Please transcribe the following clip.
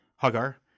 Hagar